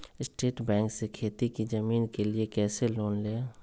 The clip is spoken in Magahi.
स्टेट बैंक से खेती की जमीन के लिए कैसे लोन ले?